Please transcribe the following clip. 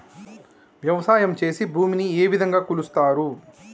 వ్యవసాయం చేసి భూమిని ఏ విధంగా కొలుస్తారు?